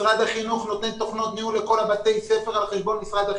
משרד החינוך נותן תוכנות ניהול לכל בתי ספר על חשבון משרד החינוך.